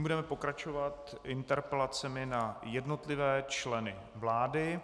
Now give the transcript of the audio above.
Budeme pokračovat interpelacemi na jednotlivé členy vlády.